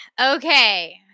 Okay